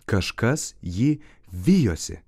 kažkas jį vijosi